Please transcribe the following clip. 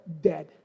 dead